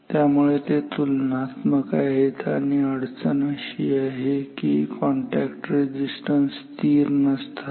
त्यामुळे ते तुलनात्मक आहेत आणि मुख्य अडचण अशी आहे की हे कॉन्टॅक्ट रेझिस्टन्स स्थिर नसतात